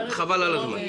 קרעי, חבל על הזמן.